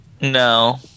No